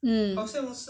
mm